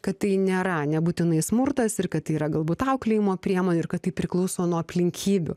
kad tai nėra nebūtinai smurtas ir kad tai yra galbūt auklėjimo priemonių ir kad tai priklauso nuo aplinkybių